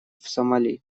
сомали